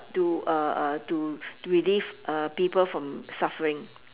to uh uh to relief uh people from suffering